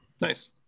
nice